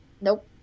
Nope